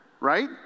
right